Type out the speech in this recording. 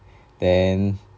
then